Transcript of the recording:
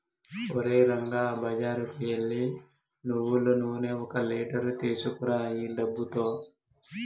ఓరే రంగా బజారుకు ఎల్లి నువ్వులు నూనె ఒక లీటర్ తీసుకురా ఈ డబ్బుతో